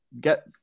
Get